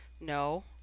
No